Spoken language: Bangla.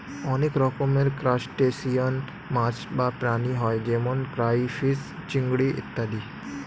অনেক রকমের ক্রাস্টেশিয়ান মাছ বা প্রাণী হয় যেমন ক্রাইফিস, চিংড়ি ইত্যাদি